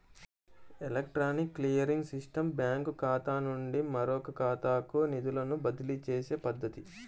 electronic clearing system బ్యాంకుఖాతా నుండి మరొకఖాతాకు నిధులను బదిలీచేసే పద్ధతి